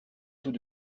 tout